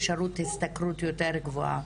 אפשרות השתכרות יותר גבוהה,